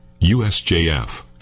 USJF